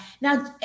Now